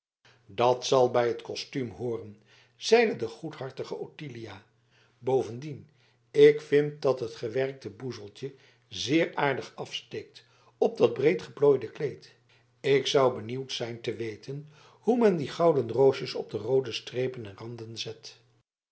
dat zal bij t kostuum hooren zeide de goedhartige ottilia bovendien ik vind dat het gewerkte boezeltje zeer aardig afsteekt op dat breed geplooide kleed ik zou benieuwd zijn te weten hoe men die gouden roosjes op de roode strepen en randen zet